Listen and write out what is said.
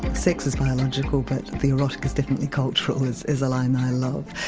sex is biological but the erotic is definitely cultural, is is a line i love,